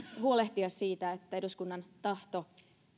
huolehtia siitä että eduskunnan tahto